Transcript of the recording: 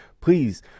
please